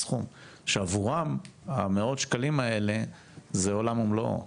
שעבורם מאות השקלים הללו הם עולם ומלואו.